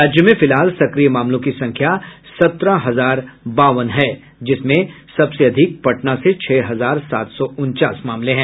राज्य में फिलहाल सक्रिय मामलों की संख्या सत्रह हजार बावन है जिसमें सबसे अधिक पटना से छह हजार सात सौ उनचास मामले हैं